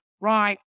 right